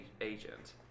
agent